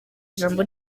ijambo